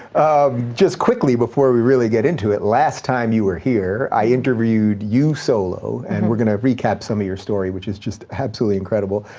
just quickly, before we really get into it, last time you were here i interviewed you solo, and we're gonna recap some of your story, which is just absolutely incredible.